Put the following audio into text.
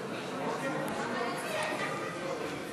השעה.